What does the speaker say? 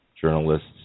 journalists